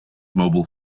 mobile